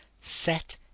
Set